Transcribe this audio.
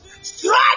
Strike